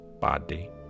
Body